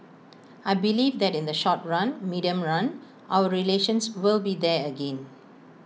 I believe that in the short run medium run our relations will be there again